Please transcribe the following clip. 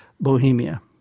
Bohemia